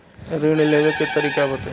ऋण लेवे के तरीका बताई?